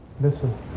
listen